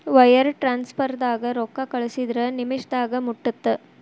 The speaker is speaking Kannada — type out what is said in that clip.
ವೈರ್ ಟ್ರಾನ್ಸ್ಫರ್ದಾಗ ರೊಕ್ಕಾ ಕಳಸಿದ್ರ ನಿಮಿಷದಾಗ ಮುಟ್ಟತ್ತ